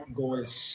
goals